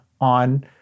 on